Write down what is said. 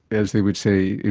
as they would say,